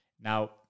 Now